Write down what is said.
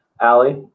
Allie